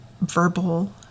verbal